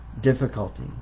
difficulty